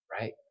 right